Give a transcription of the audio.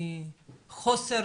נפגעו מחוסר